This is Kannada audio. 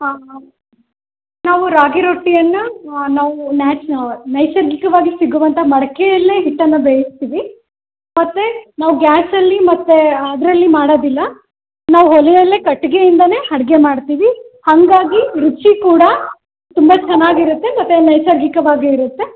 ಹಾಂ ನಾವು ರಾಗಿ ರೊಟ್ಟಿಯನ್ನು ನಾವು ನ್ಯಾಚು ನೈಸರ್ಗಿಕವಾಗಿ ಸಿಗುವಂಥ ಮಡಕೆಯಲ್ಲೇ ಹಿಟ್ಟನ್ನು ಬೇಯಿಸ್ತೀವಿ ಮತ್ತು ನಾವು ಗ್ಯಾಸಲ್ಲಿ ಮತ್ತು ಅದರಲ್ಲಿ ಮಾಡೋದಿಲ್ಲ ನಾವು ಒಲೆಯಲ್ಲೇ ಕಟ್ಟಿಗೆಯಿಂದಾನೆ ಅಡುಗೆ ಮಾಡ್ತೀವಿ ಹಾಗಾಗಿ ರುಚಿ ಕೂಡ ತುಂಬ ಚೆನ್ನಾಗಿ ಇರತ್ತೆ ಮತ್ತು ನೈಸರ್ಗಿಕವಾಗಿಯೂ ಇರುತ್ತೆ